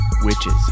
Witches